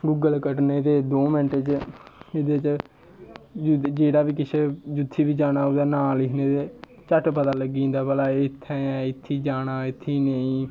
Google कड्ढने ते दो मैंटैं च एह्दे च जेह्ड़ा बी किश जित्थें बी जाना ओह्दा नांऽ लिखने ते झट्ट पता लग्गी जंदा भला एह् इत्थें ऐ इत्थें जाना इत्थें नेईं